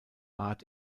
art